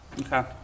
Okay